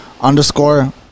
underscore